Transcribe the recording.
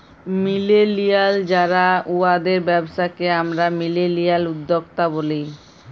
millennial যারা উয়াদের ব্যবসাকে আমরা মিলেলিয়াল উদ্যক্তা ব্যলি